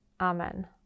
Amen